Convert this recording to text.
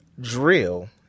drill